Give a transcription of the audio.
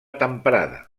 temperada